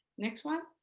next one?